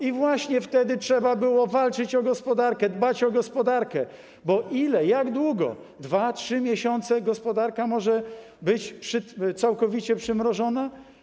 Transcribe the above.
I właśnie wtedy trzeba było walczyć o gospodarkę, dbać o gospodarkę, bo ile, jak długo, 2, 3 miesiące gospodarka może być całkowicie przymrożona?